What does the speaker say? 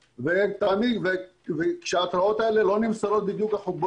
מסתובבים עם רכבים יוקרתיים ולא משלמים את חובות